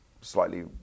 slightly